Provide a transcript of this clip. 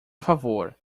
favor